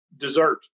dessert